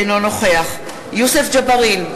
אינו נוכח יוסף ג'בארין,